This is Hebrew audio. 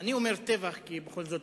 אני אומר טבח כי בכל זאת,